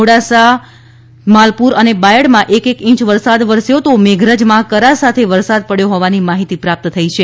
મોડાસા માલપુર અને બાયડમાં એક એક ઇંચ વરસાદ વરસ્યો હતો તો મેઘરજમાં કરા સાથે વરસાદ પડ્યો હોવાની માહિતી પ્રાપ્ત થઇ છે